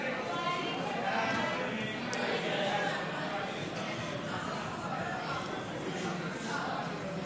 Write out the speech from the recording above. כהצעת הוועדה, נתקבל.